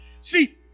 See